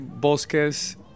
bosques